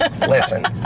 Listen